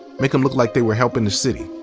make them look like they were helping the city.